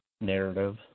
narrative